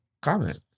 comment